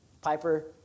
Piper